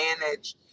manage